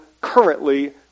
currently